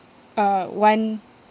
uh one